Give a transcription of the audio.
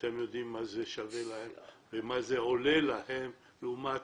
אתם יודעים במה זה עולה להם לעומת